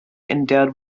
endowed